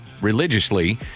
religiously